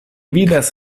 vidas